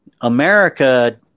America